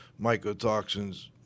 mycotoxins